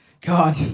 God